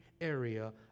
area